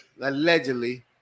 allegedly